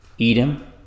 Edom